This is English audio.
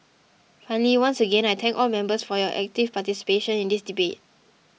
finally once again I thank all members for your active participation in this debate